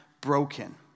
broken